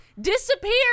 disappeared